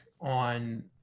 on